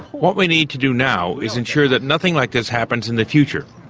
what we need to do now is ensure that nothing like this happens in the future,